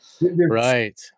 Right